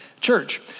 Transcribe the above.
Church